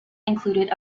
included